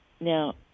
Now